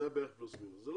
חבר הכנסת ביטן,